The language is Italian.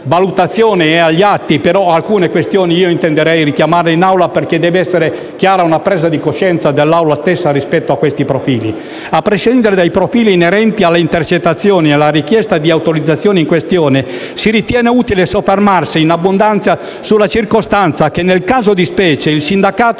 valutazione è agli atti ma alcune questioni intenderei richiamarle in Aula perché deve essere chiara una presa di coscienza dell'Assemblea stessa rispetto a questi profili. A prescindere dai profili inerenti alle intercettazioni e alla richiesta di autorizzazione in questione, si ritiene utile soffermarsi, *ad abundantiam*, sulla circostanza che, nel caso di specie, il sindacato